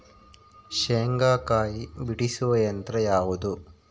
ಶೇಂಗಾಕಾಯಿ ಬಿಡಿಸುವ ಯಂತ್ರ ಯಾವುದು?